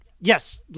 yes